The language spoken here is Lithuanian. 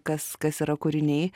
kas kas yra kūriniai